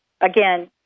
again